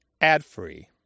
ad-free